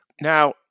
now